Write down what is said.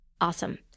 Awesome